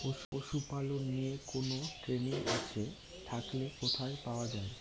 পশুপালন নিয়ে কোন ট্রেনিং আছে থাকলে কোথায় পাওয়া য়ায়?